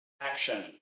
Action